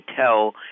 tell